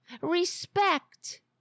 respect